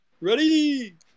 ready